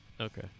Okay